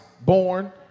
born